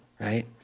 right